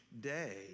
day